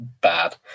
bad